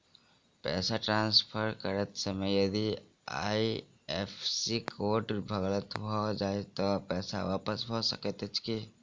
पैसा ट्रान्सफर करैत समय यदि आई.एफ.एस.सी कोड गलत भऽ जाय तऽ पैसा वापस भऽ सकैत अछि की?